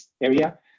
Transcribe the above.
area